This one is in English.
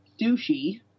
douchey